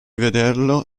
vederlo